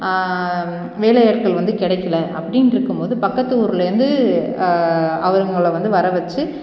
வேலை ஆட்கள் வந்து கிடைக்கில அப்படின்ட்டு இருக்கும்போது பக்கத்து ஊர்லேருந்து அவங்களை வந்து வரவெச்சு